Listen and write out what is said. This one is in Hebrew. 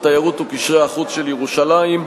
התיירות וקשרי החוץ של ירושלים.